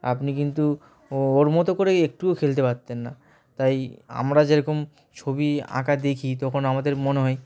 আপনি কিন্তু ও ওর মতো করে একটুও খেলতে পারতেন না তাই আমরা যেরকম ছবি আঁকা দেখি তখন আমাদের মনে হয়